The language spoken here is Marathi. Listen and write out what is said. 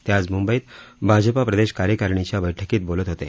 ते आज मुंबईत भाजपा प्रदेश कार्यकारिणीच्या बैठकीत बोलत होते